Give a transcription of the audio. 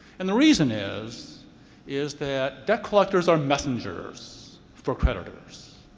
and the reason is is that debt collectors are messengers for creditors,